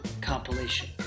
compilation